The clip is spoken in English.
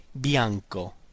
bianco